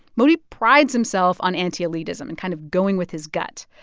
modi prides himself on anti-elitism and kind of going with his gut.